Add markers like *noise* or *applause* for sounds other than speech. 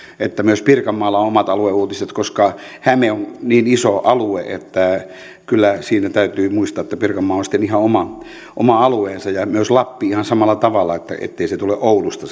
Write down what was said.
että myös pirkanmaalla on omat alueuutiset koska häme on niin iso alue että kyllä siinä täytyy muistaa että pirkanmaa on sitten ihan oma *unintelligible* *unintelligible* *unintelligible* oma alueensa ja myös lappi ihan samalla tavalla ettei se lähetys tule oulusta *unintelligible*